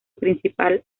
principal